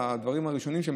בדברים הראשונים שלי,